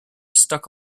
stuck